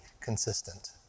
consistent